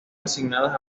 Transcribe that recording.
asignadas